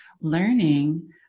learning